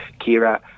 Kira